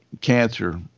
cancer